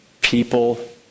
people